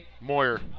Moyer